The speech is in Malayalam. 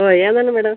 ഓ ഏതാണ് മാഡം